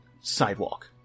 sidewalk